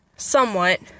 somewhat